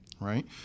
right